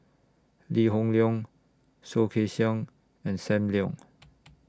Lee Hoon Leong Soh Kay Siang and SAM Leong